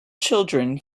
children